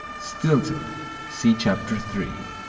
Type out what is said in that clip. stilton see chapter three.